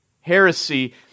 heresy